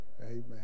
Amen